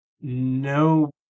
no